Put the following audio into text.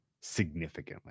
significantly